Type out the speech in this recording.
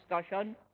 discussion